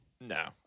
No